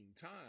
time